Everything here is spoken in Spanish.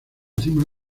cima